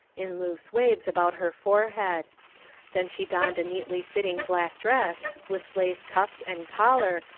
in loose waves about her forehead then she donned a neatly fitting black dress, with lace cuffs and collar,